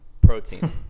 protein